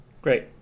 Great